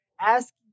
Ask